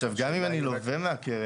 עכשיו גם אם לווה מהקרן,